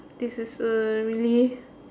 this is a really